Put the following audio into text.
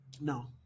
No